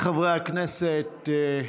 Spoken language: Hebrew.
מס'